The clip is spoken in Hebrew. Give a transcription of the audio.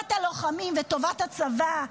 טובת הלוחמים וטובת הצבא,